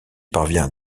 parvient